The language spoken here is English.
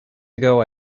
ago